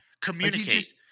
Communicate